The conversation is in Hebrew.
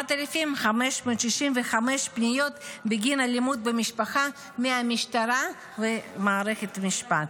4,565 פניות בגין אלימות במשפחה מהמשטרה וממערכת המשפט,